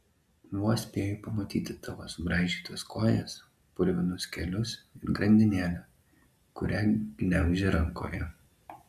vos spėju pamatyti tavo subraižytas kojas purvinus kelius ir grandinėlę kurią gniauži rankoje